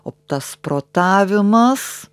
o tas protavimas